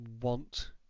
want